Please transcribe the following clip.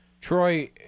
Troy